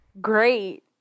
great